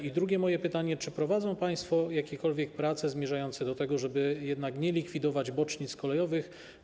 I drugie pytanie: Czy prowadzą państwo jakiekolwiek prace zmierzające do tego, żeby jednak nie likwidować bocznic kolejowych?